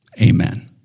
Amen